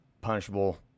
punishable